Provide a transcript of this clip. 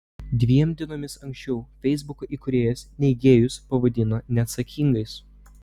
dviem dienomis anksčiau feisbuko įkūrėjas neigėjus pavadino neatsakingais